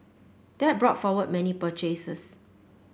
that brought forward many purchases